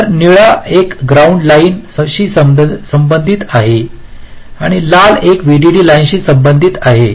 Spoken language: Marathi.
तर निळा एक ग्राउंड लाइनशी संबंधित आहे आणि लाल एक व्हीडीडी लाइनशी संबंधित आहे